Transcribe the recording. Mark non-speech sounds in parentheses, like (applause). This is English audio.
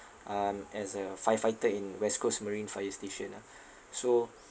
um as a firefighter in west coast marine fire station ah (breath) so